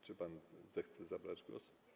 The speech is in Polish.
Czy pan zechce zabrać głos?